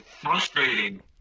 frustrating